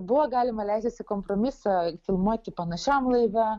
buvo galima leistis į kompromisą filmuoti panašiam laive